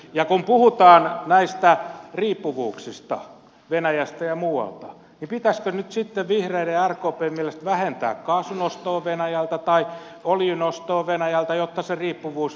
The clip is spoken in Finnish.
ja kun puhutaan näistä riippuvuuksista venäjästä ja muualta niin pitäisikö nyt sitten vihreiden ja rkpn mielestä vähentää kaasun ostoa venäjältä tai öljyn ostoa venäjältä jotta se riippuvuus vähenisi